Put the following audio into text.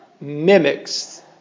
mimics